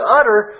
utter